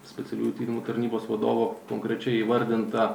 specialiųjų tyrimų tarnybos vadovo konkrečiai įvardinta